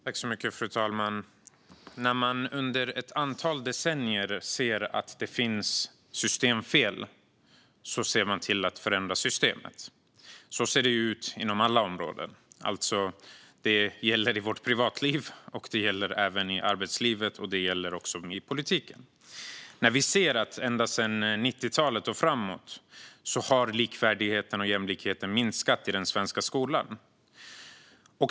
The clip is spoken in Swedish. Fru talman! När man under ett antal decennier ser att det finns systemfel ser man till att förändra systemet. Så ser det ut inom alla områden. Det gäller i vårt privatliv, det gäller även i arbetslivet, och det gäller också i politiken. Vi ser att ända sedan 90-talet och framåt har likvärdigheten och jämlikheten minskat i den svenska skolan.